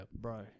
bro